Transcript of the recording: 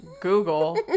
Google